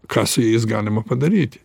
ką su jais galima padaryti